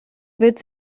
wird